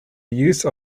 use